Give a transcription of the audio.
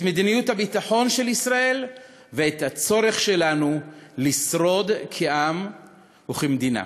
את מדיניות הביטחון של ישראל ואת הצורך שלנו לשרוד כעם וכמדינה.